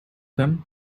them